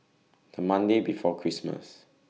The Monday before Christmas